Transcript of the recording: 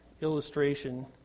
illustration